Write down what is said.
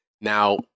now